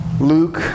Luke